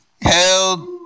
Held